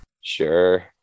Sure